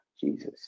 Jesus